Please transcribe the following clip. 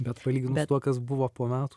bet palyginus su tuo kas buvo po metų